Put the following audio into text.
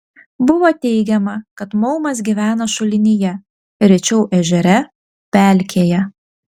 buvo teigiama kad maumas gyvena šulinyje rečiau ežere pelkėje